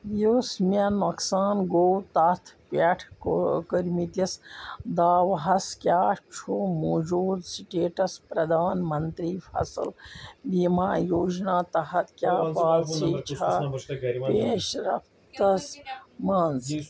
یُس مےٚ نۄقصان گوٚو تتھ پٮ۪ٹھ کٔرمٕتس دعوہَس کیٛاہ چھُ موٗجوٗد سٹیٹس پرٛدھان منترٛی فصٕل بیٖماہ یوجنا تحت کیٛاہ پوٛالسی چھا پیش رفتس منٛز